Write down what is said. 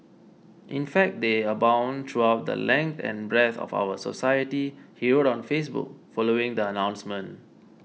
in fact they abound throughout the length and breadth of our society he wrote on Facebook following the announcement